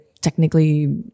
technically